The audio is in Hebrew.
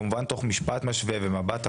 כמובן תוך משפט משווה ומבט החוצה,